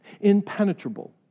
impenetrable